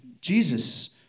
Jesus